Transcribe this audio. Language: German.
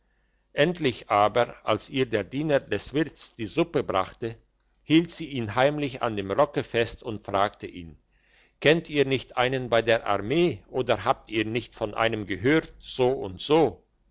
endlich aber als ihr der diener des wirts die suppe brachte hielt sie ihn heimlich an dem rocke fest und fragte ihn kennt ihr nicht einen bei der armee oder habt ihr nicht von einem gehört so und so